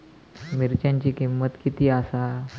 मिरच्यांची किंमत किती आसा?